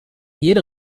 jede